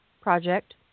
project